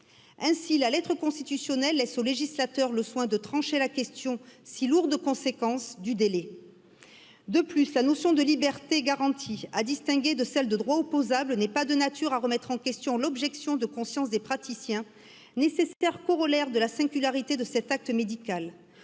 ainsi la lettre constitutionnelle laisse au législateur le soin de trancher la question si lourde de conséquences du délai de plus la notion de liberté garantie à à distinguer de celle de droit opposable n'est pas de nature à remettre en question l'objection de conscience des praticiens nécessaire corollaire de la singularité de cet acte médical